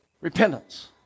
repentance